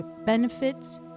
benefits